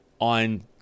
on